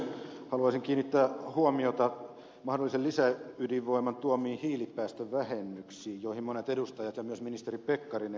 haluaisin kiinnittää huomiota mahdollisen lisäydinvoiman tuomiin hiilipäästön vähennyksiin joihin monet edustajat ja myös ministeri pekkarinen ovat täällä viitanneet